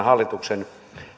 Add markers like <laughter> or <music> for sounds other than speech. <unintelligible> hallituksen